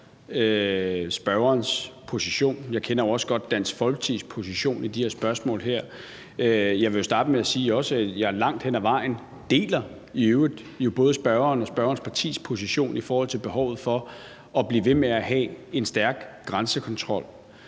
spørgerens position, og jeg kender jo også godt Dansk Folkepartis position i de spørgsmål her. Jeg vil starte med også at sige, at jeg langt hen ad vejen deler både spørgerens og spørgerens partis position i forhold til behovet for at blive ved med at have en stærk grænsekontrol.